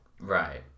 Right